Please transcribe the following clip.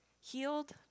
Healed